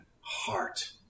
heart